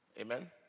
Amen